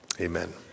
Amen